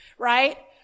Right